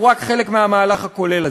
הוא רק חלק מהמהלך הכולל הזה.